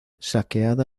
saqueada